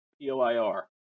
P-O-I-R